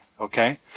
okay